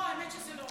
הינה, אתה רואה?